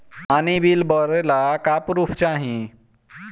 पानी बिल भरे ला का पुर्फ चाई?